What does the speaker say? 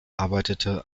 arbeitete